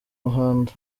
muhanda